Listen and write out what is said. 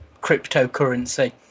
cryptocurrency